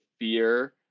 Fear